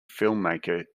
filmmaker